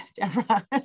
Deborah